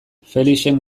felixen